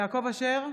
יעקב אשר,